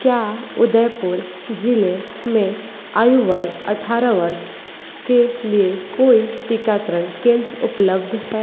क्या उदयपुर जिले में आयु वर्ग अठारह वर्ष के लिए कोई टीकाकरण केंद्र उपलब्ध हैं